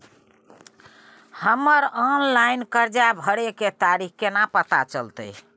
हमर ऑनलाइन कर्जा भरै के तारीख केना पता चलते?